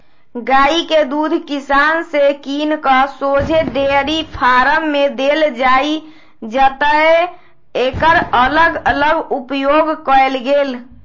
गाइ के दूध किसान से किन कऽ शोझे डेयरी फारम में देल जाइ जतए एकर अलग अलग उपयोग कएल गेल